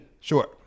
sure